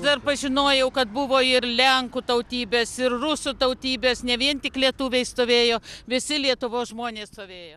dar pažinojau kad buvo ir lenkų tautybės ir rusų tautybės ne vien tik lietuviai stovėjo visi lietuvos žmonės stovėjo